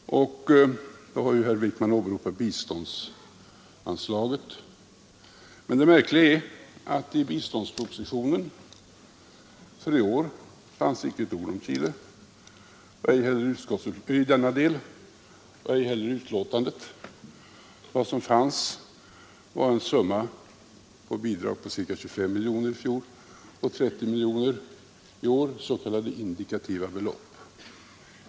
Vad var anledningen till att herr Wickman åberopade biståndsanslaget? Det märkliga är att i biståndspropositionen för i år fanns det inte ett ord om Chile. Det fanrs inte heller någonting i utskottsbetänkandet. Vad som fanns var en summa på ett bidrag på ca 25 miljoner i fjol och 30 miljoner i år, s.k. indikativa belopp.